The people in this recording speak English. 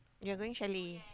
we are going chalet